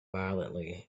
violently